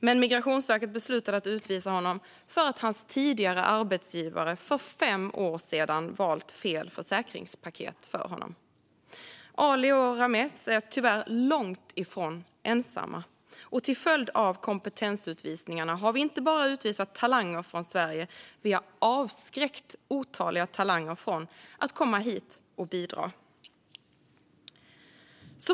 Men Migrationsverket beslutade att utvisa honom för att hans tidigare arbetsgivare för fem år sedan valt fel försäkringspaket för honom. Ali och Rameez är tyvärr långt ifrån ensamma. Och till följd av kompetensutvisningarna har vi inte bara utvisat talanger från Sverige utan också avskräckt otaliga talanger från att komma hit och bidra.